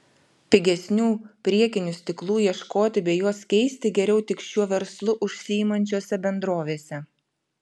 pigesnių priekinių stiklų ieškoti bei juos keisti geriau tik šiuo verslu užsiimančiose bendrovėse